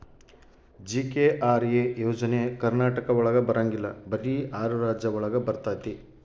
GKRA ಯೋಜನೆ ಕರ್ನಾಟಕ ಒಳಗ ಬರಂಗಿಲ್ಲ ಬರೀ ಆರು ರಾಜ್ಯ ಒಳಗ ಬರ್ತಾತಿ